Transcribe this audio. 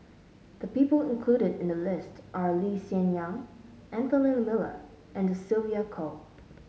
the people included in the list are Lee Hsien Yang Anthony Miller and Sylvia Kho